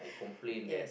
yes